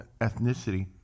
ethnicity